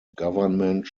government